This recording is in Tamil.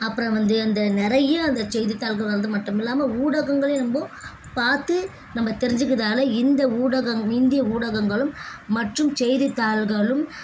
அப்புறம் வந்து அந்த நிறைய அந்த செய்தித்தாள்கள் வரது மட்டும் இல்லாமல் ஊடகங்களிலும் ரொம்ப பார்த்து நம்ம தெரிஞ்சிக்கிறதால் இந்த ஊடகம் இந்திய ஊடகங்களும் மற்றும் செய்தித்தாள்களும்